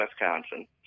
Wisconsin